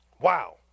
Wow